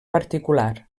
particular